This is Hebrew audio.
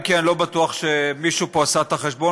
אם כי אני לא בטוח שמישהו פה עשה את החשבון